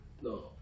no